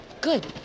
Good